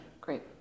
great